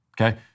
Okay